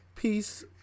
Peace